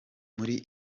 muri